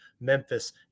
Memphis